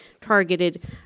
targeted